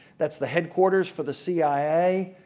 that's the headquarters for the cia.